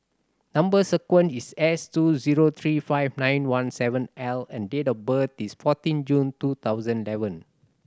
number sequence is S two zero three five nine one seven L and date of birth is fourteen June two thousand eleven